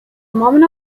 moment